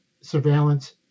surveillance